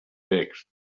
text